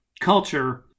culture